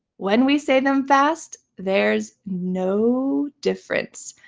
when we say them fast, there's no difference.